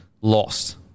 lost